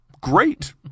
Great